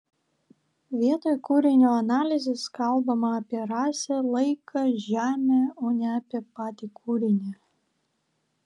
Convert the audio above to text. vietoj kūrinio analizės kalbama apie rasę laiką žemę o ne apie patį kūrinį